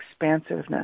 expansiveness